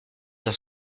dans